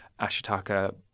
Ashitaka